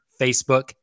Facebook